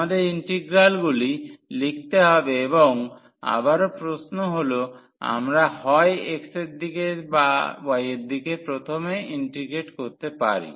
আমাদের ইন্টিগ্রালগুলি লিখতে হবে এবং আবারও প্রশ্নটি হল আমরা হয় x এর দিকের দিকে বা y এর দিকে প্রথমে ইন্টিগ্রেট করতে পারি